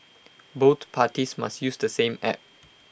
both parties must use the same app